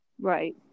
Right